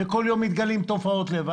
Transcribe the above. וכל יום מתגלות תופעות לוואי.